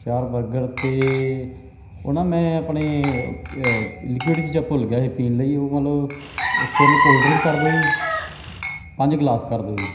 ਚਾਰ ਬਰਗਰ ਅਤੇ ਉਹ ਨਾ ਮੈਂ ਆਪਣੇ ਲੀਕਿਊਡ ਚੀਜ਼ਾਂ ਭੁੱਲ ਗਿਆ ਸੀ ਪੀਣ ਲਈ ਉਹ ਮਤਲਬ ਤਿੰਨ ਕੋਲਡ ਡਰਿੰਕ ਕਰ ਦਿਉ ਜੀ ਪੰਜ ਗਿਲਾਸ ਕਰ ਦਿਉ ਜੀ